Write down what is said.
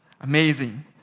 amazing